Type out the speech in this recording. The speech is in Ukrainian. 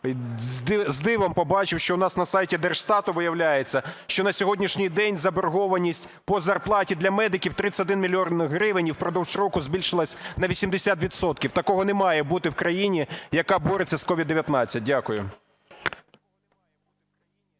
з дивом побачив, що у нас на сайті Держстату виявляється, що на сьогоднішній день заборгованість по зарплаті для медиків 31 мільйон гривень і впродовж року збільшилась на 80 відсотків. Такого не має бути в країні, яка бореться з COVID-19. Дякую.